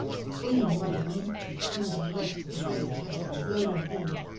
clinging like a leech with hands and legs to the rails lest i be blown overboard,